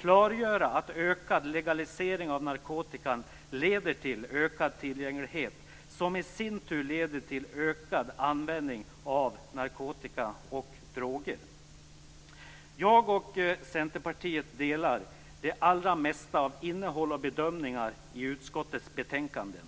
klargöra att ökad legalisering av narkotikan leder till ökad tillgänglighet, som i sin tur leder till ökad användning av narkotika och andra droger. Jag och Centerpartiet delar det allra mesta av innehåll och bedömningar i utskottets betänkanden.